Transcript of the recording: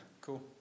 Cool